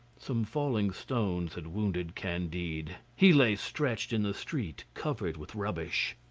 some falling stones had wounded candide. he lay stretched in the street covered with rubbish.